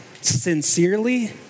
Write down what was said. sincerely